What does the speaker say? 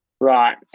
Right